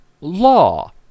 law